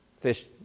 fish